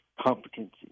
competency